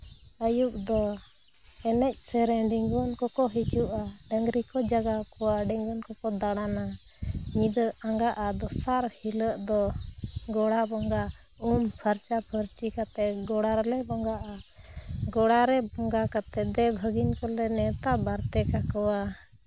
ᱟᱹᱭᱩᱵ ᱫᱚ ᱮᱱᱮᱡᱽᱼᱥᱮᱨᱮᱧ ᱰᱷᱤᱸᱜᱽᱣᱟᱹᱱ ᱠᱚᱠᱚ ᱦᱤᱡᱩᱜᱼᱟ ᱰᱟᱹᱝᱨᱤ ᱠᱚ ᱡᱟᱜᱟᱣ ᱠᱚᱣᱟ ᱰᱷᱤᱸᱜᱽᱣᱟᱹᱱ ᱠᱚᱠᱚ ᱫᱟᱬᱟᱱᱟ ᱧᱤᱫᱟᱹ ᱟᱸᱜᱟᱜᱼᱟ ᱫᱚᱥᱟᱨ ᱦᱤᱞᱳᱜ ᱫᱚ ᱜᱚᱲᱟ ᱵᱚᱸᱜᱟ ᱩᱢ ᱯᱷᱟᱨᱪᱟᱼᱯᱷᱟᱹᱨᱪᱤ ᱠᱟᱛᱮ ᱜᱚᱲᱟ ᱨᱮᱞᱮ ᱵᱚᱸᱜᱟᱜᱼᱟ ᱜᱚᱲᱟ ᱨᱮ ᱵᱚᱸᱜᱟ ᱠᱟᱛᱮ ᱫᱮᱣᱼᱵᱷᱟᱹᱜᱤᱱ ᱠᱚᱞᱮ ᱱᱮᱣᱛᱟᱼᱵᱟᱨᱛᱮ ᱠᱟᱠᱚᱣᱟ